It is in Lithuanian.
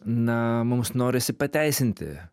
na mums norisi pateisinti